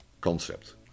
concept